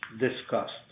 discussed